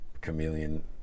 chameleon